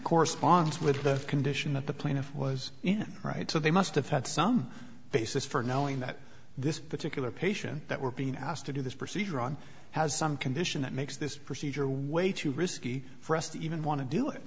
corresponds with the condition that the plaintiff was in right so they must have had some basis for knowing that this particular patient that we're being asked to do this procedure on has some condition that makes this procedure way too risky for us to even want to do it